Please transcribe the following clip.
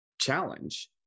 challenge